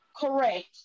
Correct